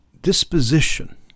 disposition